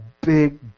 big